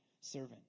servant